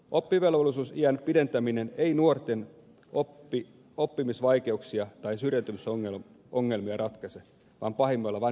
oppivelvollisuusiän pidentäminen ei nuorten oppimisvaikeuksia tai syrjäytymisongelmia ratkaise vaan pahimmillaan vain pitkittää niitä